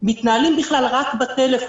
מתנהלים בכלל רק בטלפון,